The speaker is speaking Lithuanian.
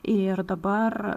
ir dabar